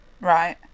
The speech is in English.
Right